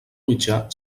mitjà